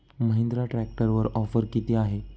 महिंद्रा ट्रॅक्टरवर ऑफर किती आहे?